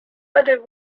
whether